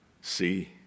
See